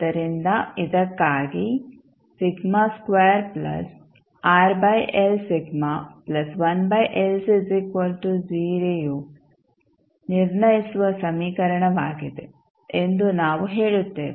ಆದ್ದರಿಂದ ಇದಕ್ಕಾಗಿ ಯು ನಿರ್ಣಯಿಸುವ ಸಮೀಕರಣವಾಗಿದೆ ಎಂದು ನಾವು ಹೇಳುತ್ತೇವೆ